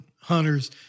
hunters